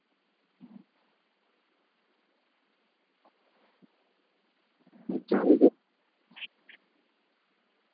ᱟᱪᱪᱷᱟ ᱦᱳᱭ ᱛᱚᱵᱮ